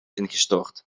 ingestort